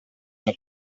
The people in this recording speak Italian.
una